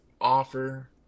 offer